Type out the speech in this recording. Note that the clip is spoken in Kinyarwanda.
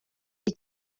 iki